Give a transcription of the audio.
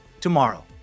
tomorrow